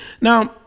Now